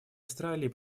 австралии